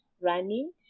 running